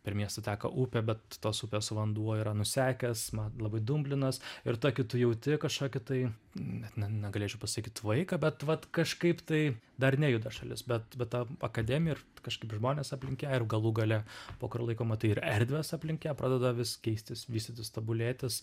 per miestą teka upė bet tos upės vanduo yra nusekęs labai dumblinas ir tokį tu jauti kažkokį tai net ne negalėčiau pasakyt tvaiką bet vat kažkaip tai dar nejuda šalis bet bet ta akademija ir kažkaip žmonės aplink ją ir galų gale po kurio laiko matai ir erdves aplink ją pradeda vis keistis vystytis tobulėtis